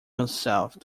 myself